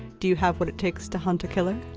do you have what it takes to hunt a killer?